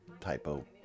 typo